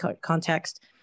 context